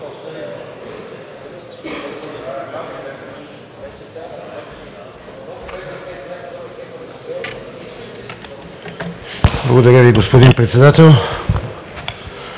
Благодаря Ви, господин Председател.